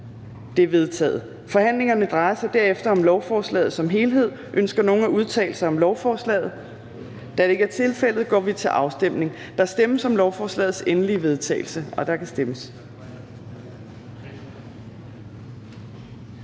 (Trine Torp): Forhandlingerne drejer sig derefter om lovforslaget som helhed. Ønsker nogen at udtale sig om lovforslaget? Da det ikke er tilfældet, går vi til afstemning. Kl. 10:04 Afstemning Fjerde næstformand (Trine Torp): Der stemmes